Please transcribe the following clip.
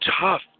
tough